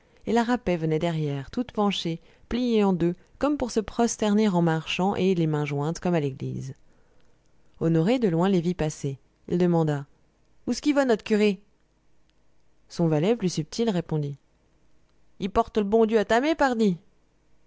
et la rapet venait derrière toute penchée pliée en deux comme pour se prosterner en marchant et les mains jointes comme à l'église honoré de loin les vit passer il demanda ousqu'i va not'curé son valet plus subtil répondit i porte l'bon dieu à ta mé pardi